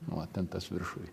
va ten tas viršuj